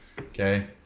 Okay